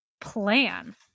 plan